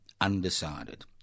Undecided